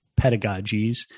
pedagogies